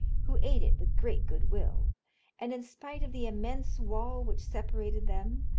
who ate it with great good will and, in spite of the immense wall which separated them,